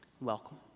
Welcome